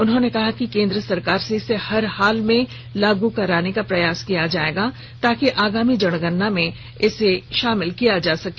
उन्होंने कहा कि केंद्र सरकार से इसे हर हाल में लागू कराने का प्रयास किया जाएगा ताकि आगामी जनगणना में इसे शामिल किया जा सके